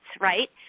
right